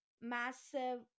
massive